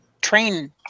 train